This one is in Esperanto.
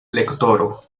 lektoro